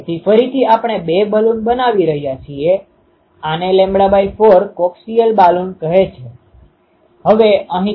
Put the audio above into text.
હવે તમે જોશો કે જો તમે આને બદલે આગળ વધશો તો માનો કે હું d૦2 અને αΠ લઉં તેનો અર્થ એ કે પ્રોગ્રેસીવ ફેઝ શિફ્ટ Π છે